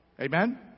Amen